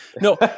No